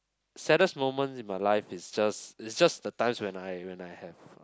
saddest moment in my life is just is just the times when I when I have